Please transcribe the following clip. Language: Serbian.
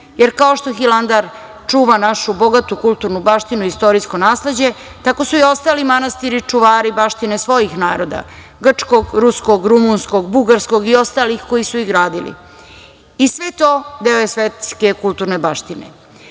jer kao što Hilandar čuva našu bogatu kulturnu baštinu, istorijsko nasleđe, tako su i ostali manastiri čuvari baštine svojih naroda - grčkog, ruskog, rumunskog, bugarskog i ostalih koji su ih gradili. I sve to deo je svetske kulturne baštine. Neki